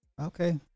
Okay